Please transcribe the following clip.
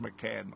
McCann